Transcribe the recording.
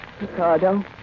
Ricardo